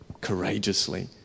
courageously